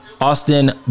austin